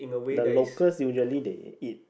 the locals usually they eat